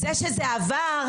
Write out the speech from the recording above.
זה שזה עבר,